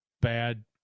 bad